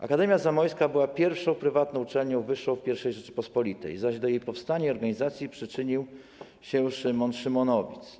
Akademia Zamojska była pierwszą prywatną uczelnią wyższą w I Rzeczypospolitej, zaś do jej powstania i organizacji przyczynił się Szymon Szymonowic.